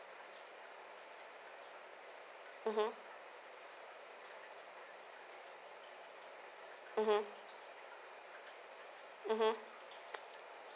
mmhmm